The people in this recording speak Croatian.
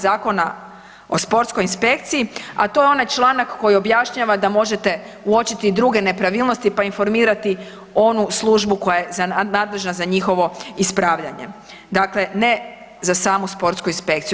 Zakona o sportskoj inspekciji, a to je onaj članak koji objašnjava da možete uočiti i druge nepravilnosti, pa informirati onu službu koja je nadležna za njihovo ispravljanje, dakle ne za samu sportsku inspekciju.